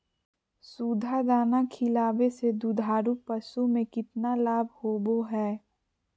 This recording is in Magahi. सुधा दाना खिलावे से दुधारू पशु में कि लाभ होबो हय?